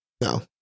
No